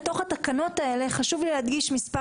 לתוך התקנות האלה חשוב לי להדגיש מספר